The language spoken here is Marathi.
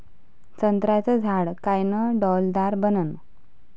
संत्र्याचं झाड कायनं डौलदार बनन?